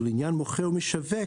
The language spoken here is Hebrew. ולעניין מוכר או משווק,